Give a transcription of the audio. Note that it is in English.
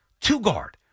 two-guard